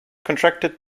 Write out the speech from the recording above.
contracted